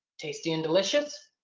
tasty and delicious.